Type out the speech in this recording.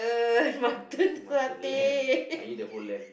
ah mutton lamb I eat the whole lamb